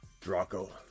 Draco